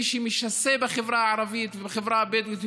שמי שמשסה בחברה הערבית ובחברה הבדואית,